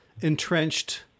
entrenched